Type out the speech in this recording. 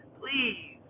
please